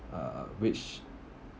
uh which